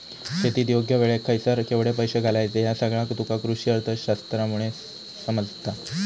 शेतीत योग्य वेळेक खयसर केवढे पैशे घालायचे ह्या सगळा तुका कृषीअर्थशास्त्रामुळे समजता